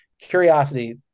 curiosity